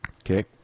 Okay